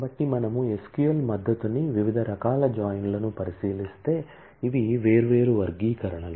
కాబట్టి మనము SQL మద్దతుని వివిధ రకాల జాయిన్లను పరిశీలిస్తే ఇవి వేర్వేరు వర్గీకరణలు